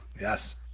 Yes